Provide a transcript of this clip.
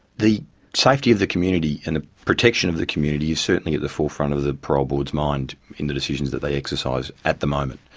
the safety of the community and the protection of the community is certainly at the forefront of the parole board's mind in the decisions that they exercise at the moment.